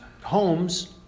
homes